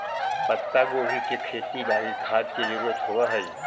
पत्तागोभी के खेती लागी खाद के जरूरत होब हई